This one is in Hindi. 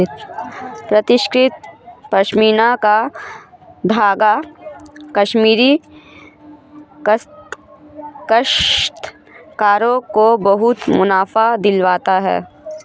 परिष्कृत पशमीना का धागा कश्मीरी काश्तकारों को बहुत मुनाफा दिलवाता है